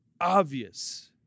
obvious